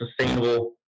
sustainable